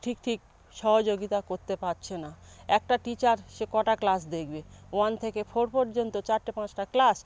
ঠিক ঠিক সহযোগিতা করতে পারছে না একটা টিচার সে কটা ক্লাস দেখবে ওয়ান থেকে ফোর পর্যন্ত চারটে পাঁচটা ক্লাস